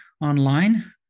online